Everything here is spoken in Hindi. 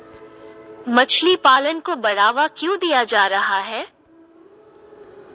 मछली पालन को बढ़ावा क्यों दिया जा रहा है?